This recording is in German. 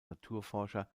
naturforscher